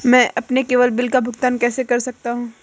मैं अपने केवल बिल का भुगतान कैसे कर सकता हूँ?